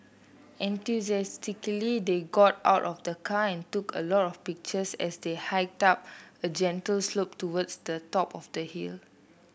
enthusiastically they got out of the car and took a lot of pictures as they hiked up a gentle slope towards the top of the hill